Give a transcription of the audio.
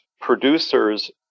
producers